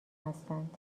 هستند